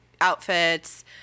outfits